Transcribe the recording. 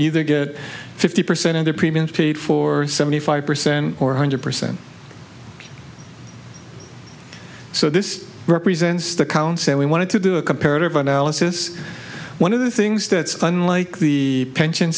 either get fifty percent of their premiums paid for seventy five percent or one hundred percent so this represents the councell we wanted to do a comparative analysis one of the things that unlike the pension